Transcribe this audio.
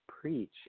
preach